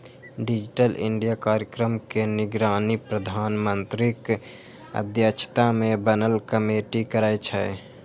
digital India कार्यक्रम के निगरानी प्रधानमंत्रीक अध्यक्षता मे बनल कमेटी करै छै